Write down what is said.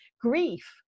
grief